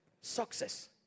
success